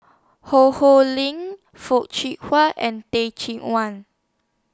Ho Ho Ling Foo and Teh Cheang Wan